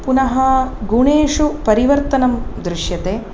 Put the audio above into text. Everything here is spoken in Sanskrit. पुनः गुणेषु परिवर्तनं दृश्यते